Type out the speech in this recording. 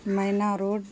Mina road